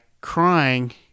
crying